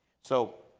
so